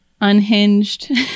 Unhinged